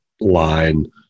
line